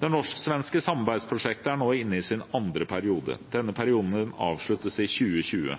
Det norsk-svenske samarbeidsprosjektet er nå inne i sin andre periode. Denne perioden avsluttes i 2020,